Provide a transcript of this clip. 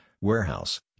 warehouse